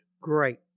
great